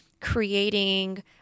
creating